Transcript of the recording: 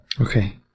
Okay